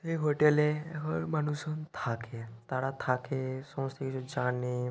এই হোটেলে এখন মানুষজন থাকে তারা থাকে সমস্ত কিছু জানে